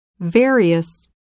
various 、